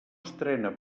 estrena